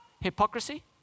Hypocrisy